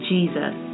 Jesus